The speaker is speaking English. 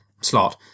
slot